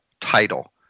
title